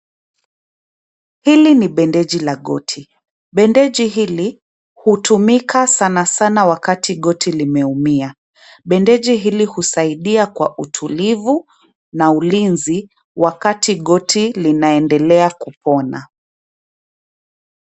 Hili ni bendeji la goti, bendeji hili, hutumika sanasana wakati goti limeumia. Bendeji hili husaidia kwa utulivu, na ulinzi, wakati goti linaendelea kupona.